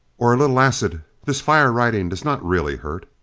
or a little acid? this fire-writing does not really hurt?